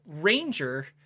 ranger